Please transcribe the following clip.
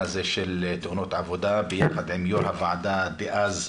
הזה של תאונות עבודה ביחד עם יו"ר הוועדה דאז,